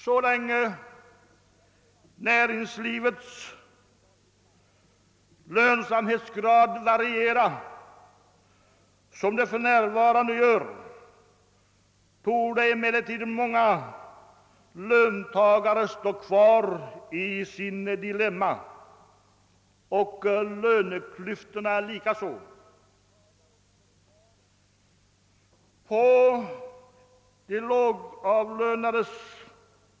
Så länge näringslivets lönsamhetsgrad varierar som för närvarande torde klyftan komma att bestå och löntagarna alltjämt att befinna sig i ett dilemma.